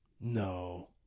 No